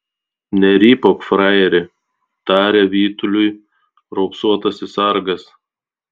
nerypauk frajeri tarė vytuliui raupsuotasis sargas